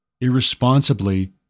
irresponsibly